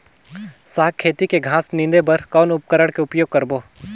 साग खेती के घास निंदे बर कौन उपकरण के उपयोग करबो?